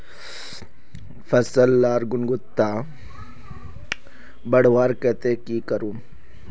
फसल लार गुणवत्ता बढ़वार केते की करूम?